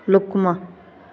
ਲੁਕਮਾ